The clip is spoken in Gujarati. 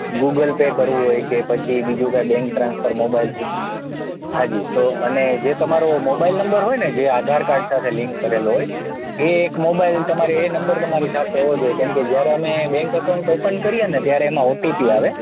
ગૂગલ પે કરવું હોય કે પછી બીજું કાંઈ બેન્ક ટ્રાન્સફર મોબાઈલથી હાં જી તો અને જે તમારો મોબાઈલ નંબર હોય ને જે આધારકાર્ડ સાથે લિન્ક કરેલો હોય એ એક મોબાઈલ તમારે એ નંબર તમારી સાથે હોવો જોઈએ કેમકે જ્યારે અમે બેન્ક અકાઉંટ ઓપન કરીએ ને ત્યારે એમાં ઓટીપી આવે